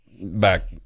back